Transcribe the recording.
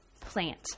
plant